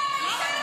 למה?